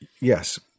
yes